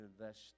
invest